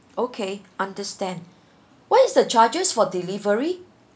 okay understand what is the charges for delivery